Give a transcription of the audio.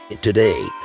Today